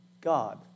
God